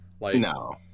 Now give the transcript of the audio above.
No